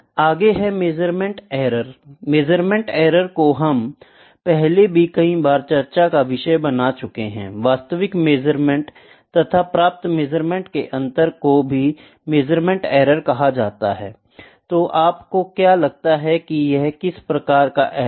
आगे है measurement error measurement error को हम पहले भी कई बार अपनी चर्चा का विषय बना चुके हैं वास्तविक मेज़रमेंट तथा प्राप्त मेज़रमेंट के अंतर को भी मेजरमेंट एरर कहा जाता है I तो आपको क्या लगता है यह किस प्रकार का एरर है